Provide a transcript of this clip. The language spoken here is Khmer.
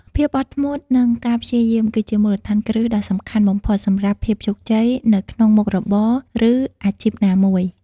ភាពអត់ធ្មត់ និងការព្យាយាម គឺជាមូលដ្ឋានគ្រឹះដ៏សំខាន់បំផុតសម្រាប់ភាពជោគជ័យនៅក្នុងមុខរបរ ឬអាជីពណាមួយ។